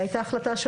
זו הייתה החלטה של